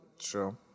True